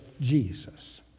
Jesus